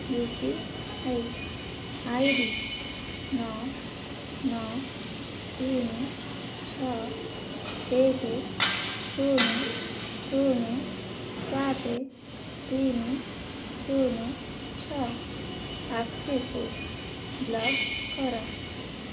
you P I ID ନଅ ନଅ ତିନି ଛଅ ଏକ ଶୂନ ଶୂନ ସାତ ତିନି ଶୂନ ଛଅ ଆକ୍ସିସ୍କୁ ବ୍ଲକ୍ କର